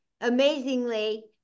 amazingly